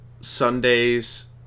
Sundays